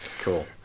cool